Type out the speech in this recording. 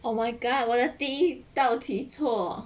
oh my god 我的地道题错